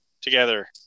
together